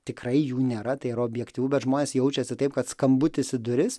tikrai jų nėra tai yra objektyvu bet žmonės jaučiasi taip kad skambutis į duris